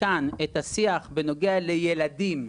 כאן את השיח בנוגע לילדים,